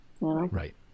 Right